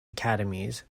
academies